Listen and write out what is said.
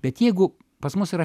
bet jeigu pas mus yra